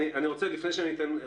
ומתן.